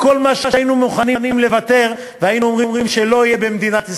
בכל מה שהיינו מוכנים לוותר והיינו אומרים שלא יהיה במדינת ישראל.